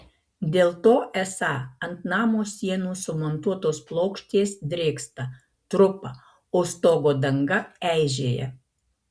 dėl to esą ant namo sienų sumontuotos plokštės drėksta trupa o stogo danga eižėja